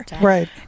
right